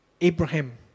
Abraham